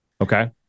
okay